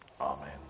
Amen